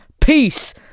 peace